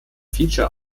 feature